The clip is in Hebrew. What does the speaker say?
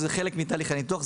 שזה חלק מתהליך הניתוח,